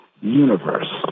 universe